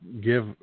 give